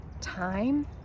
time